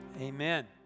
Amen